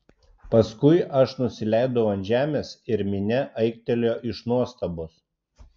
paskui aš nusileidau ant žemės ir minia aiktelėjo iš nuostabos